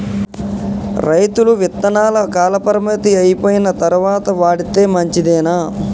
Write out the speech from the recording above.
రైతులు విత్తనాల కాలపరిమితి అయిపోయిన తరువాత వాడితే మంచిదేనా?